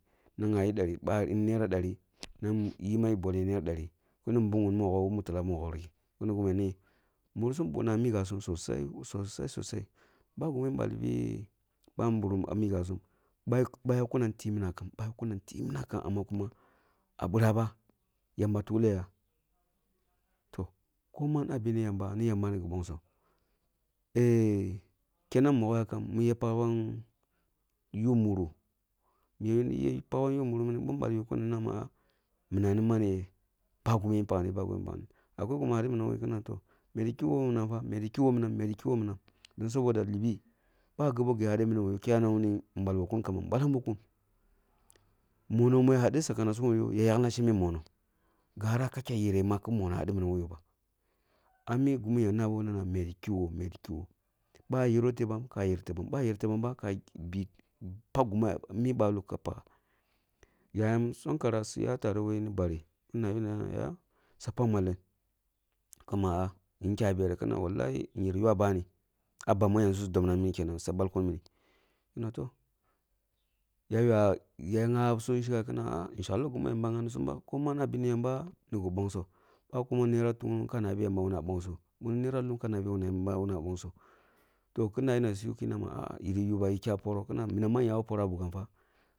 Nan ghabi dari bari nara dari nan yi me bolye naira dani mini ni nbugun migho who mirtela moghori, mini gumu ya neh, munsum buma ah mighyasum sosai sosai sosai. Ba gimin ballibi babirim ah mùghyasum bah yakkunan bah yakkunam timinakam bah yakkumam timinakam ammah kuma yamba tukleh ya koman ah bene yamba, yamba ni gi nbongso. kenam mogho yakkam mi ya pakbam yapmuruh bi pakban yupmuruk mini bin balkikum mini ni balbam ma ahh. Minam ni maneh reh ba gimin paknibi bah gimi paknibi. Akwai yima hadi minam koyi kin na nahma toh, medi kugho who minamfa medi kigho medi kigho medi kigho who minam don saboda libi ba gabo gimihade minam ko yoh ka nama ballo kun kamba, balambo kuni monoh ma hadi sakaasanan ko yoh, yakhina shembe munda gara ka da yere ki monoh hadi minam ko yahba. Ah mi gima ya nabo nana medi kigho medi kigho bwah yero tebam ka yer tebam. Ba yer tebam ba kabi pak gimi ya beloh kapakha yagam sankara su ya tare koyi mi bari, nabi na yaga sun pakmaleng? Kuna ah yerin kya beh reh? Kina ah yirin kya bani, ah bami su dubnakam mella mini suya balkun minì kina toh, ya gyobasum shiga? Kina toh ah, shekli gini yamba ya gyamibisumba ko man ah bene yamba, yamba ni nbongsoh, ba kumah naira tungnung ni gi nbongsoh ba kumo naira hum ka nabi yamba wuna nbongsoh, toh kin nabi na su ya kina ma ah yiri yuba yari kya posor kinama minam ma ya who poroh ah bughamfa.